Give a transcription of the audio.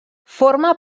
forma